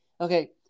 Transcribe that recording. okay